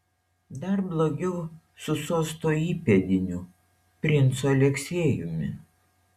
dar blogiau su sosto įpėdiniu princu aleksiejumi